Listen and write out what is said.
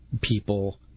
people